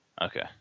okay